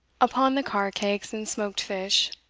upon the car-cakes and smoked fish,